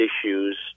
issues